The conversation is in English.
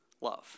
love